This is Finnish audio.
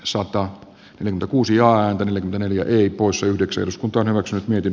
sota lintu kuusi ääntä neljä viikossa yhdeksäns kun panokset myytin